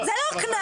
זה לא קנס.